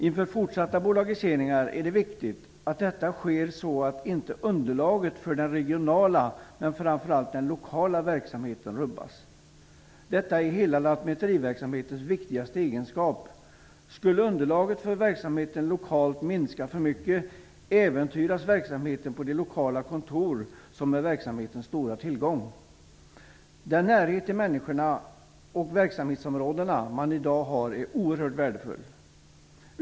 Inför fortsatta bolagiseringar är det viktigt att detta sker så, att inte underlaget för den regionala och framför allt den lokala verkamheten rubbas. Det här är hela lantmäteriverksamhetens viktigaste uppgift. Om underlaget för verksamheten lokalt skulle minska för mycket äventyras verksamheten på de lokala kontor som är verksamhetens stora tillgång. Den närhet till människorna och verksamhetsområdena som man i dag har är oerhört värdefull.